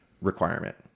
requirement